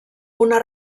una